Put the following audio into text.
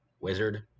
Wizard